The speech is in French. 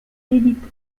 elite